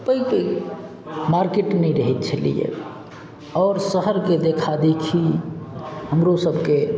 पैघ पैघ मार्केट नहि रहय छलियै आओर शहरके देखा देखी हमरो सभके